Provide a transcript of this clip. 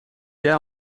jij